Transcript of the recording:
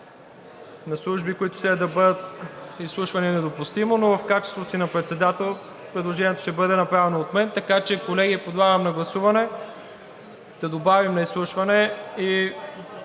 на служби, които следва да бъдат изслушвани, е недопустимо, но в качеството си на председател, предложението ще бъде направено от мен. Колеги, подлагам на гласуване да добавим изслушване и